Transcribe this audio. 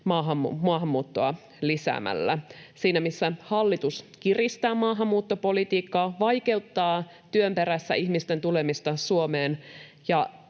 maahanmuuttoa lisäämällä, siinä missä hallitus kiristää maahanmuuttopolitiikkaa, vaikeuttaa ihmisten tulemista Suomeen